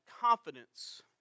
confidence